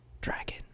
dragon